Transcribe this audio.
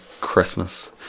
Christmas